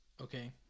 Okay